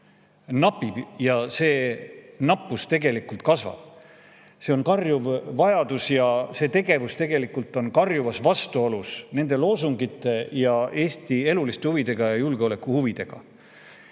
See nappus kasvab. See on karjuv vajadus ja selline tegevus on karjuvas vastuolus nende loosungite ja Eesti eluliste huvidega ja julgeolekuhuvidega.